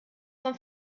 vom